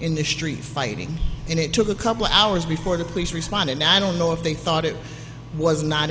in the street fighting and it took a couple hours before the police responded i don't know if they thought it was not